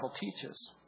teaches